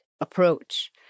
approach